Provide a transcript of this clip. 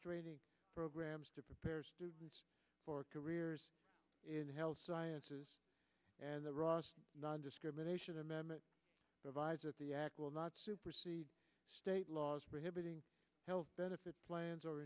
training programs to prepare students for careers in health sciences and the raw nondiscrimination amendment provides that the act will not supersede state laws prohibiting health benefit plans or